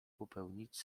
popełnić